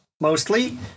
mostly